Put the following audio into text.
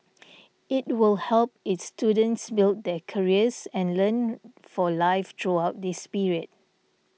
it will help its students build their careers and learn for life throughout this period